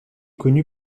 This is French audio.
connu